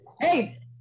Hey